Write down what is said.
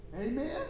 Amen